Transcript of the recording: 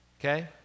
Okay